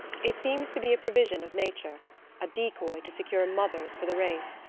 it seems to be a provision of nature a decoy to secure mothers for the race.